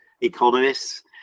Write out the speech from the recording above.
economists